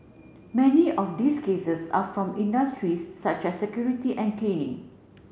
many of these cases are from industries such as security and cleaning